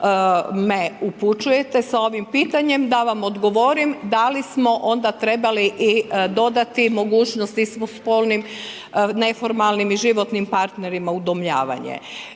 me upućujete sa ovim pitanjem, da vam odgovorim, da li smo onda trebali i dodati mogućnost istospolnim, neformalnim i životnim partnerima udomljavanje.